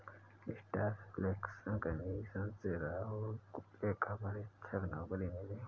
staff selection commission से राहुल को लेखा परीक्षक नौकरी मिली